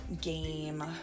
game